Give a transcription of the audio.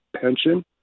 pension